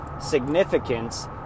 significance